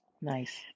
Nice